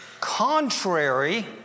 Contrary